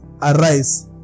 Arise